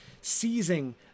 seizing